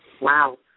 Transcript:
Wow